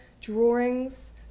drawings